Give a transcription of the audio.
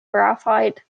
graphite